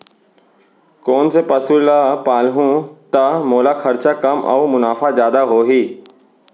कोन से पसु ला पालहूँ त मोला खरचा कम अऊ मुनाफा जादा होही?